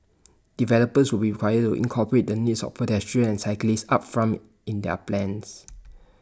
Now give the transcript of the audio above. developers will required to incorporate the needs of pedestrians and cyclists upfront in their plans